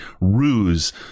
ruse